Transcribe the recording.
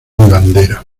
bandera